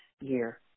year